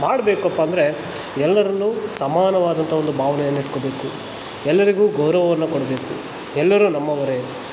ಮಾಡಬೇಕಪ್ಪಾ ಅಂದರೆ ಎಲ್ಲರನ್ನು ಸಮಾನವಾದಂಥ ಒಂದು ಭಾವನೆಯನ್ ಇಟ್ಕೊಬೇಕು ಎಲ್ಲರಿಗೂ ಗೌರವವನ್ನು ಕೊಡಬೇಕು ಎಲ್ಲರೂ ನಮ್ಮವರೇ